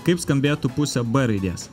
kaip skambėtų pusė b raidės